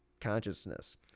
consciousness